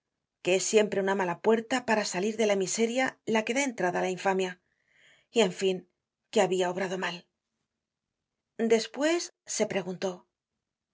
que es siempre una mala puerta para salir de la miseria la que da entrada á la infamia y en fin que habia obrado mal content from google book search generated at despues se preguntó